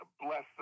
bless